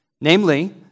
namely